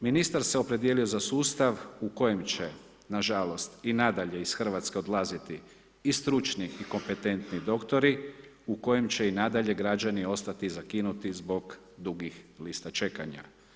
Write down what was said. Ministar se opredijelio za sustav, u kojem će, nažalost, i nadalje iz Hrvatske izlaziti i stručni i kompetenti doktori, u kojem će i nadalje građani ostati zakinuti zbog dugih lista čekanja.